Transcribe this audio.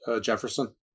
Jefferson